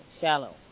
shallow